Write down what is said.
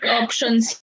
options